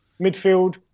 midfield